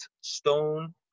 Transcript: stone